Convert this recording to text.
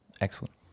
Excellent